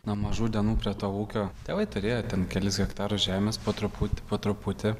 nuo mažų dienų prie to ūkio tėvai turėjo ten kelis hektarus žemės po truputį po truputį